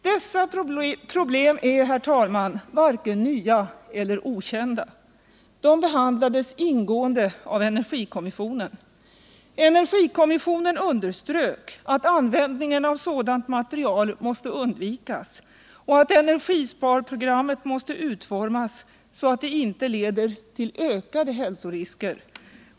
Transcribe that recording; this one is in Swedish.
Dessa problem är varken nya eller okända. De behandlades ingående av energikommissionen. Energikommissionen underströk att användningen av sådant material bör undvikas och att energisparprogrammet måste utformas så, att det inte leder till ökade hälsorisker.